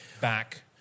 back